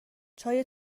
چای